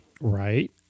Right